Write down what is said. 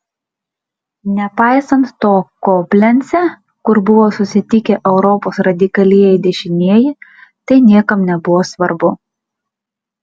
nepaisant to koblence kur buvo susitikę europos radikalieji dešinieji tai niekam nebuvo svarbu